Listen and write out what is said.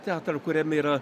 teatrą kuriame yra